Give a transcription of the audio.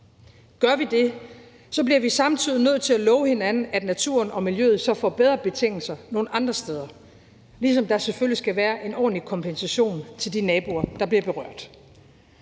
Gør vi det, bliver vi samtidig nødt til at love hinanden, at naturen og miljøet så får bedre betingelser nogle andre steder, ligesom der selvfølgelig skal være en ordentlig kompensation til de naboer, der bliver berørt.